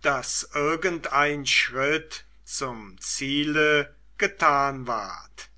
daß irgendein schritt zum ziele getan ward